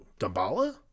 Dabala